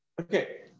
okay